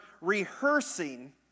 rehearsing